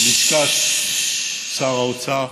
בלשכת שר האוצר